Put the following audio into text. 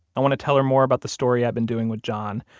i want to tell her more about the story i've been doing with john.